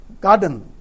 garden